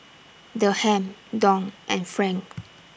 Dirham Dong and Franc